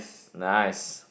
nice